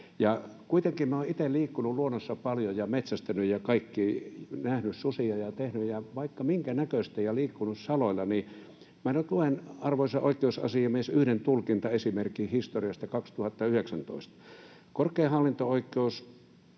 kuitenkin minä olen itse liikkunut luonnossa paljon ja metsästänyt ja kaikkea nähnyt, susia, ja tehnyt ja vaikka minkä näköistä, ja liikkunut saloilla, niin minä nyt luen, arvoisa oikeusasiamies, yhden tulkintaesimerkin historiasta, 2019: Korkein hallinto-oikeus